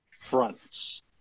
fronts